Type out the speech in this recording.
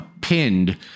pinned